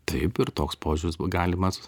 taip ir toks požiūris galimas